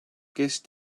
gest